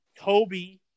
Kobe